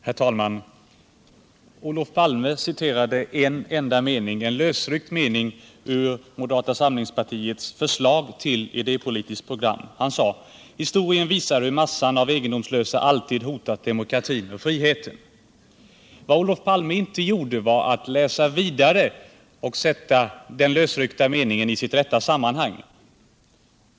Herr talman! Olof Palme citerade en enda lösryckt mening ur moderata samlingspartiets förslag till idépolitiskt program. Han sade: ”Historien visar, hur massan av egendomslösa alltid hotat demokratin och friheten.” Vad Olof Palme inte gjorde var att läsa vidare och sätta den lösryckta meningen i sitt rätta sammanhang.